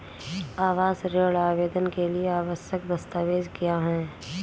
आवास ऋण आवेदन के लिए आवश्यक दस्तावेज़ क्या हैं?